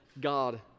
God